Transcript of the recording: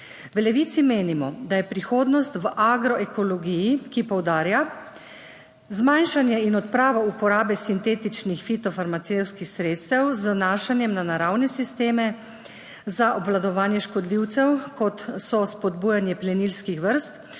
V Levici menimo, da je prihodnost v agroekologiji, ki poudarja zmanjšanje in odpravo uporabe sintetičnih fitofarmacevtskih sredstev z vnašanjem v naravne sisteme za obvladovanje škodljivcev, kot so spodbujanje plenilskih vrst,